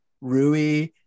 Rui